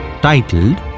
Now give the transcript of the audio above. titled